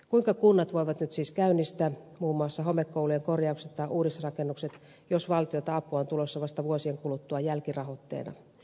kuinka kunnat voivat nyt siis käynnistää muun muassa homekoulujen korjaukset tai uudisrakennukset jos valtiolta apua on tulossa vasta vuosien kuluttua jälkirahoitteena